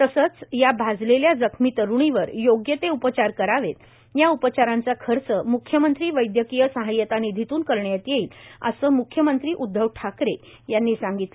तसेच या भाजलेल्या जखमी तरुणीवर योग्य ते उपचार करावेत या उपचारांचा खर्च मृख्यमंत्री वैदयकीय सहायता निधीतून करण्यात येईल असे मृख्यमंत्री उद्धव ठाकरे यांनी सांगितले